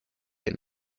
inne